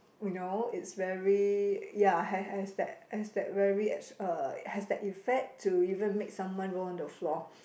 you know it's very ya has has that has that very ex~ uh has that effect to even make someone roll on the floor